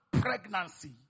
pregnancy